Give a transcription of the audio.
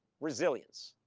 resilience.